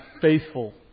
faithful